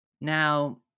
Now